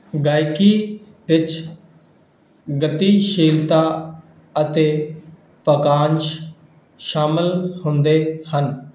ਗਾਇਕੀ ਵਿੱਚ ਗਤੀਸ਼ੀਲਤਾ ਅਤੇ ਪਾਕੰਸ਼ ਸ਼ਾਮਲ ਹੁੰਦੇ ਹਨ